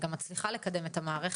וגם מצליחה לקדם את המערכת.